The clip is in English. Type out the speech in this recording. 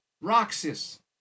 Roxas